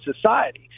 society